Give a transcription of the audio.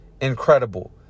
incredible